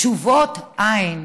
תשובות איִן.